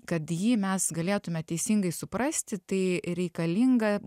kad jį mes galėtume teisingai suprasti tai reikalinga